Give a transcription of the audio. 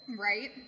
Right